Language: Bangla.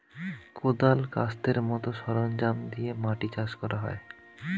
কোদাল, কাস্তের মত সরঞ্জাম দিয়ে মাটি চাষ করা হয়